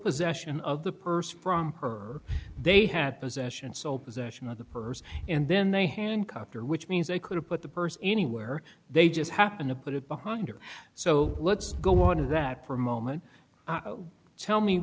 possession of the purse from her they had possession and so possession of the purse and then they handcuffed her which means they could have put the purse anywhere they just happened to put it behind her so let's go into that for a moment tell me